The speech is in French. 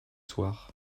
soirs